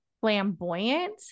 flamboyant